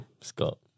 Scott